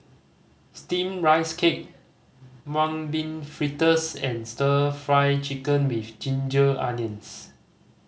Steamed Rice Cake Mung Bean Fritters and Stir Fry Chicken with ginger onions